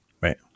Right